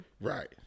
right